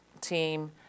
team